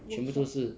全部都是